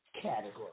category